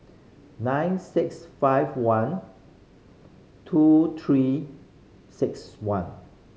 nine six five one two Three Six One